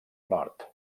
nord